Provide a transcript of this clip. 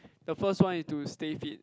the first one is to stay fit